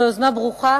זו יוזמה ברוכה,